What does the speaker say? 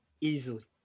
easily